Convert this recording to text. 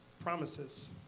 Promises